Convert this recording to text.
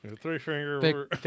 Three-finger